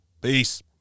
Peace